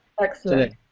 Excellent